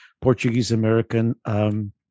Portuguese-American